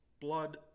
blood